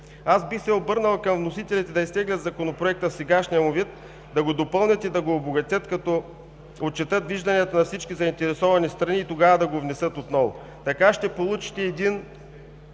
Аз бих се обърнал към вносителите да изтеглят Законопроекта в сегашния му вид, да го допълнят и да го обогатят, като отчетат вижданията на всички заинтересовани страни и тогава да го внесат отново. Така би било